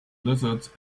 lizards